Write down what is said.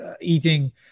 eating